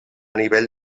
nivell